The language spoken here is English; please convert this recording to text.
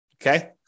Okay